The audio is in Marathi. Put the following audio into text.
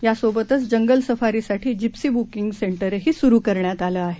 यासोबतचजंगलसफारीसाठीजिप्सीबुकींगसेंटरहीसुरूकरण्यात आलंआहे